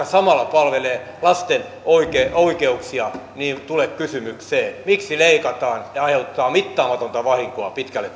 samalla palvelee lasten oikeuksia tule kysymykseen miksi leikataan ja aiheutetaan mittaamatonta vahinkoa pitkälle